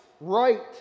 right